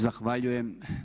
Zahvaljujem.